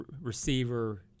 receiver